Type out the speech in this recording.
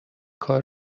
کار